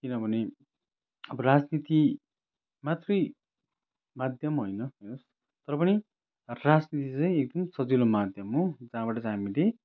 किनभने अब राजनीति मात्रै माध्यम होइन है तर पनि राजनीति चाहिँ एकदम सजिलो माद्यम हो जहाँबाट चाहिँ हामीले